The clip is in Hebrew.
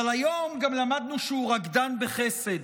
אבל היום גם למדנו שהוא רקדן בחסד,